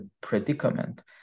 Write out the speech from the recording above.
predicament